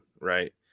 right